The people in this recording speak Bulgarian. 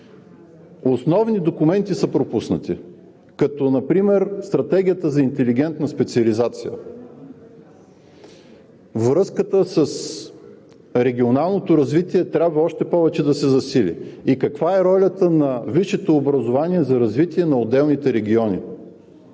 Основни документи са пропуснати, като например Стратегията за интелигентна специализация. Връзката с регионалното развитие трябва още повече да се засили и каква е ролята на висшето образование за развитие на отделните региони.